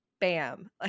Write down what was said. bam